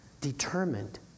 determined